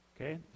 Okay